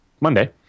Monday